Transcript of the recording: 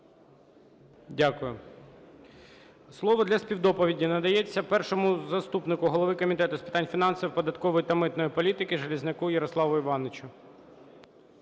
Дякую. Слово для співдоповіді надається першому заступнику голови Комітету з питань фінансів, податкової та митної політики Железняку Ярославу Івановичу.